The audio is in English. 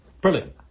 Brilliant